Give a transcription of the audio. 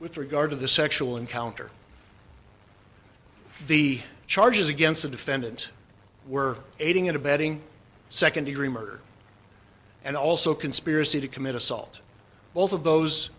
with regard to the sexual encounter the charges against the defendant were aiding and abetting second degree murder and also conspiracy to commit assault both of those